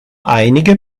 einige